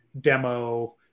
demo